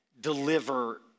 deliver